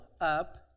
up